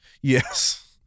Yes